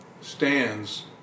stands